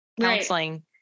counseling